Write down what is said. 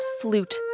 flute